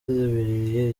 bitabiriye